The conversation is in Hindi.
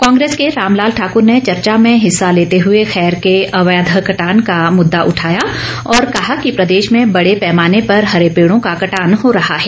कांग्रेस के रामलाल ठाकुर ने चर्चा में हिस्सा लेते हुए खैर के अवैध कटान का मुद्दा उठाया और कहा कि प्रदेश में बड़े पैमाने पर हरे पेड़ों का कटान हो रहा है